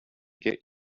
get